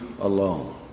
alone